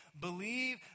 Believe